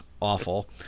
awful